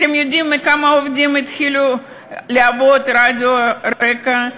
אתם יודעים כמה עובדים התחילו לעבוד ברדיו רק"ע?